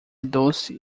doce